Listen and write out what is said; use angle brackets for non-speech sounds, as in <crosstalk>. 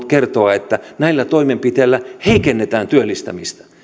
<unintelligible> kertoa että näillä toimenpiteillä heikennetään työllistämistä